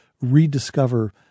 rediscover